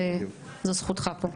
זו זכותך פה.